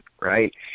right